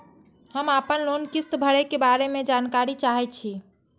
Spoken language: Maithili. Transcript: हम आपन लोन किस्त भरै के बारे में जानकारी चाहै छी?